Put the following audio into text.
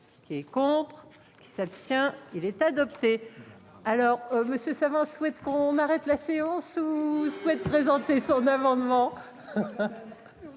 Qui est contre qui s'abstient. Il est adopté. Alors Monsieur savant souhaite qu'on arrête la séance où vous souhaite présenter son amendement.